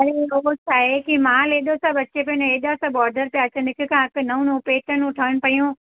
अरे रुॻो छाहे की माल एॾो सभु अचे पियो न एॾा सभु ऑडर अचनि पिया न हिक खां हिकु नओं नओं पैटर्नूं ठहनि पियूं